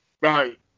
Right